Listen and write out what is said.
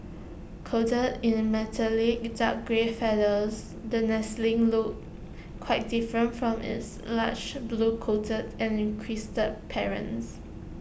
coated in the metallic dark grey feathers the nestling looks quite different from its large blue coated and crested parents